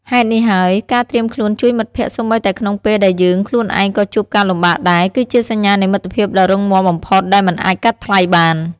ហេតុនេះហើយ ការត្រៀមខ្លួនជួយមិត្តភក្តិសូម្បីតែក្នុងពេលដែលយើងខ្លួនឯងក៏ជួបការលំបាកដែរ គឺជាសញ្ញានៃមិត្តភាពដ៏រឹងមាំបំផុតដែលមិនអាចកាត់ថ្លៃបាន។